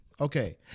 Okay